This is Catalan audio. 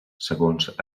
segons